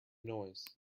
noise